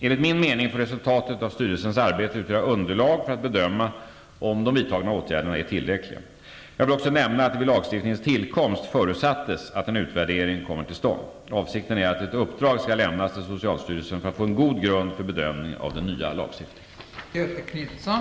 Enligt min mening får resultatet av styrelsens arbete utgöra underlag för att bedöma om de vidtagna åtgärderna är tillräckliga. Jag vill också nämna att det vid lagstiftningens tillkomst förutsattes att en utvärdering kommer till stånd. Avsikten är att ett uppdrag skall lämnas till socialstyrelsen för att få en god grund för bedömning av den nya lagstiftningen.